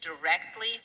directly